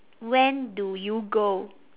when do you go